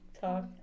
talk